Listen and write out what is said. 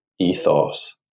ethos